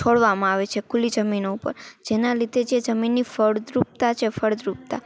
છોડવામાં આવે છે ખુલ્લી જમીનો ઉપર જેનાં લીધે જે જમીની ફળદ્રુપતા છે ફળદ્રુપતા